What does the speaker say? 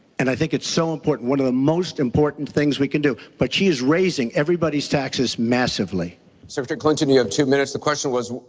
and i think it's so important. one of the most important things we can do. but she is raising everybody's taxes massively. cooper secretary clinton you have two minutes. the question was,